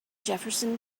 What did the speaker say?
jefferson